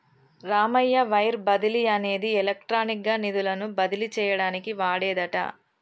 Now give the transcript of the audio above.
Ramayya wire బదిలీ అనేది electronic గా నిధులను బదిలీ చేయటానికి వాడేదట